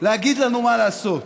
להגיד לנו מה לעשות.